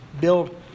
build